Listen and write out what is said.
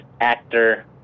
actor